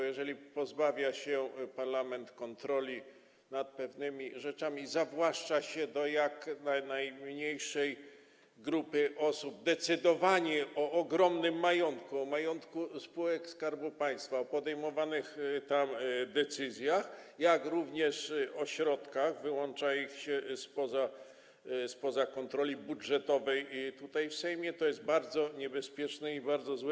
Jeżeli pozbawia się parlament kontroli nad pewnymi rzeczami, zawłaszcza się dla jak najmniejszej grupy osób decydowanie o ogromnym majątku, majątku spółek Skarbu Państwa, podejmowanych tam rozstrzygnięciach, jak również o środkach, wyłącza się to spod kontroli budżetowej tutaj, w Sejmie, to jest to bardzo niebezpieczne i bardzo złe.